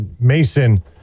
Mason